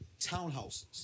townhouses